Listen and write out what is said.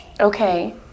Okay